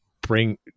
bring